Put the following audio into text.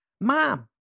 Mom